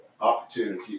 opportunity